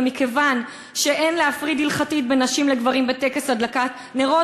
ומכיוון שאין להפריד הלכתית בין נשים לגברים בטקס הדלקת נרות,